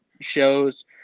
shows